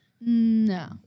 No